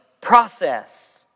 process